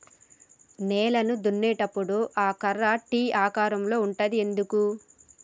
నేలను దున్నేటప్పుడు ఆ కర్ర టీ ఆకారం లో ఉంటది ఎందుకు?